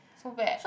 so bad